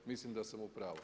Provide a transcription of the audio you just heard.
Mislim da sam u pravu.